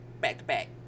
back-to-back